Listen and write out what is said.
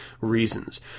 reasons